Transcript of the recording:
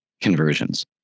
Conversions